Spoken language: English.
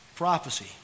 Prophecy